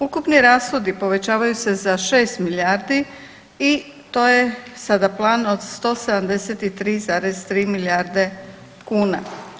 Ukupni rashodi povećavaju se za 6 milijardi i to je sada plan od 173,3 milijarde kuna.